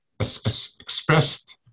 expressed